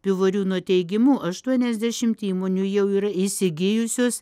pivoriūno teigimu aštuoniasdešim įmonių jau yra įsigijusios